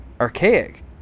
archaic